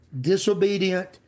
disobedient